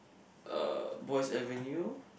uh Boyce Avenue